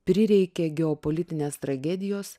prireikė geopolitinės tragedijos